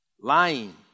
Lying